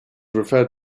referred